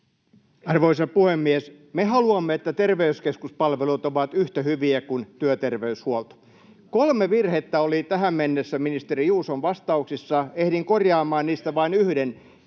Arvoisa puhemies! Me haluamme, että terveyskeskuspalvelut ovat yhtä hyviä kuin työterveyshuolto. Kolme virhettä oli tähän mennessä ministeri Juuson vastauksissa. Ehdin korjaamaan niistä vain yhden.